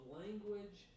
language